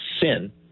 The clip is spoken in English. sin